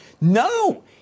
No